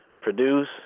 produce